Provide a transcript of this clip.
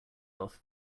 off